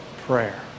prayer